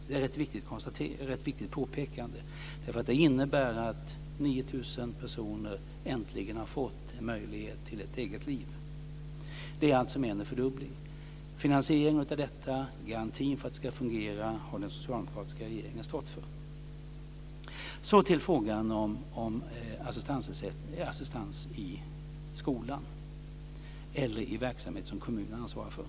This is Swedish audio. Det är ett rätt viktigt påpekande, för det innebär att 9 000 personer äntligen har fått en möjlighet till ett eget liv. Finansieringen av detta och garantin för att det ska fungera har den socialdemokratiska regeringen stått för. Så till frågan om assistans i skolan eller i verksamhet som kommunen ansvarar för.